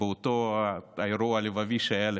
את אותו אירוע לבבי שהיה לך.